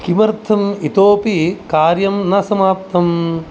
किमर्थम् इतोऽपि कार्यं न समाप्तं